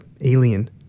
Alien